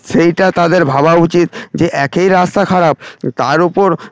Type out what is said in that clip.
সেইটা তাদের ভাবা উচিত যে একেই রাস্তা খারাপ তার ওপর